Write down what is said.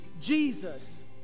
Jesus